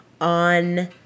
on